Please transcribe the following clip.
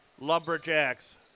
Lumberjacks